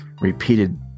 repeated